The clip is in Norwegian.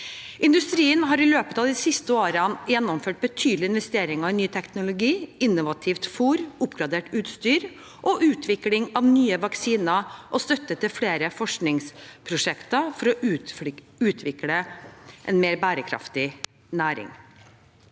Industrien har i løpet av de siste årene gjennomført betydelige investeringer i ny teknologi, innovativt fôr, oppgradert utstyr og utvikling av nye vaksiner og støtte til flere forskningsprosjekter for å utvikle en mer bærekraftig næring.